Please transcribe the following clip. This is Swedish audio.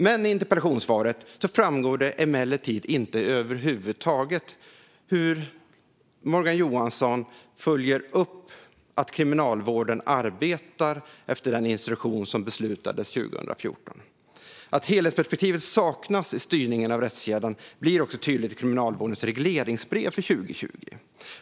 I interpellationssvaret framgår det emellertid inte över huvud taget hur Morgan Johansson följer upp att Kriminalvården arbetar efter den instruktion som beslutades 2014. Att helhetsperspektivet saknas i styrningen av rättskedjan blir också tydligt i Kriminalvårdens regleringsbrev för 2020.